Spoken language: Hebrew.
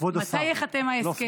מתי ייחתם ההסכם,